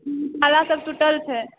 ताला सब टूटल छै